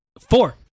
Four